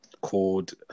called